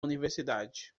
universidade